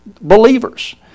believers